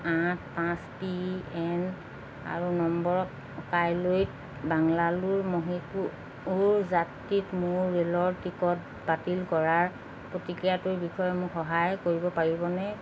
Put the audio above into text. আঠ পাঁচ P N আৰু নম্বৰত কাইলৈ বাংলালোৰ মহীশূৰ যাত্ৰী মোৰ ৰে'লৰ টিকট বাতিল কৰাৰ পতিক্ৰিয়াটোৰ বিষয়ে মোক সহায় কৰিব পাৰিবনে